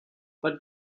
but